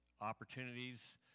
opportunities